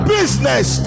Business